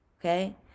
Okay